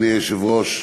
אדוני היושב-ראש,